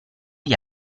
gli